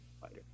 fighter